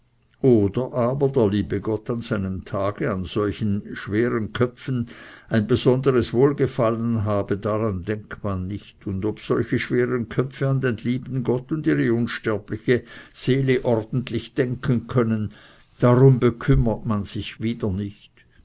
ob aber der liebe gott an seinem tage an solchen schweren köpfen ein besonderes wohlgefallen habe daran denkt man nicht und ob solche schwere köpfe an den lieben gott und ihre unsterbliche seele ordentlich denken können darum bekümmert man sich wieder nicht